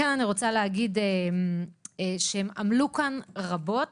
אני רוצה להגיד שהם עמלו כאן רבות.